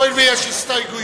הואיל ויש הסתייגויות,